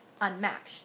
unmatched